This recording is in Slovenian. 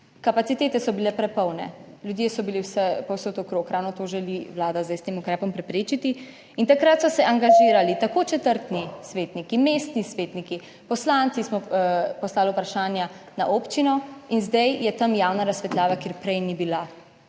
Kapacitete so bile prepolne, ljudje so bili vsepovsod okrog - ravno to želi Vlada zdaj s tem ukrepom preprečiti - in takrat so se angažirali tako četrtni svetniki, mestni svetniki, poslanci smo poslali vprašanja na občino. In zdaj je tam Javna razsvetljava, kjer prej ni bila,